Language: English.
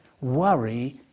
Worry